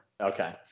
Okay